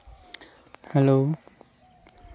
hello